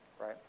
right